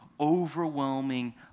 overwhelming